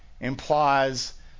implies